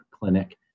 clinic